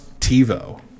TiVo